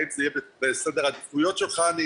האם זה יהיה בסדר עדיפויות של חנ"י,